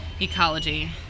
ecology